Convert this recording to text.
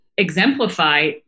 exemplify